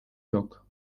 yok